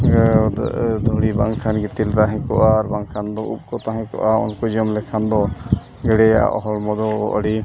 ᱫᱷᱩᱲᱤ ᱵᱟᱝᱠᱷᱟᱱ ᱜᱤᱛᱤᱞ ᱛᱟᱦᱮᱸ ᱠᱚᱜᱼᱟ ᱟᱨ ᱵᱟᱝᱠᱷᱟᱱ ᱫᱚ ᱩᱵᱽ ᱠᱚ ᱛᱟᱦᱮᱸ ᱠᱚᱜᱼᱟ ᱩᱱᱠᱩ ᱡᱚᱢ ᱞᱮᱠᱷᱟᱱ ᱫᱚ ᱜᱮᱰᱮᱹᱭᱟᱜ ᱦᱚᱲᱢᱚ ᱫᱚ ᱟᱹᱰᱤ